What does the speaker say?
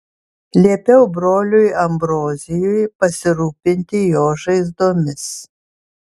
liepiau broliui ambrozijui pasirūpinti jo žaizdomis